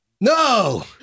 no